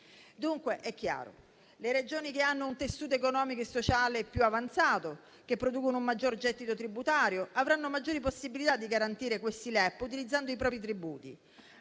dunque che le Regioni che hanno un tessuto economico e sociale più avanzato e producono un maggior gettito tributario avranno maggiori possibilità di garantire questi LEP utilizzando i propri tributi,